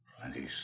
Plenty